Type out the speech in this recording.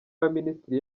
y‟abaminisitiri